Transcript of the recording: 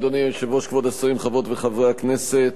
אדוני היושב-ראש, כבוד השרים, חברות וחברי הכנסת,